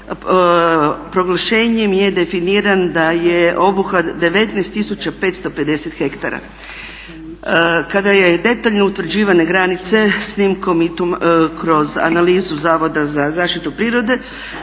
proglašenjem je definiran da je obuhvat 19 550 hektara. Kada su detaljno utvrđivane granice snimkom i kroz analizu Zavoda za zaštitu prirode